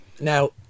Now